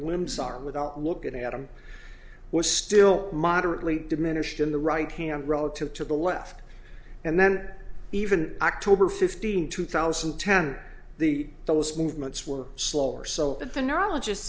limbs are without looking at them was still moderately diminished in the right hand relative to the left and then even october fifteenth two thousand and ten the those movements were slower so that the neurologist